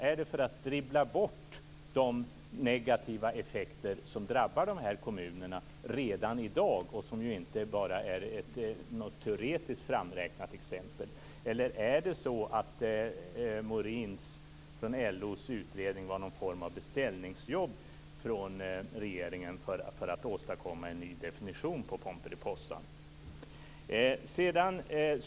Är det för att dribbla bort de negativa effekter som drabbar dessa kommuner redan i dag och som inte bara är något teoretiskt framräknat exempel? Eller är det så att utredningen av Morin, som kommer från LO, var någon form av beställningsjobb från regeringen för att åstadkomma en ny definition av Pomperipossaeffekten?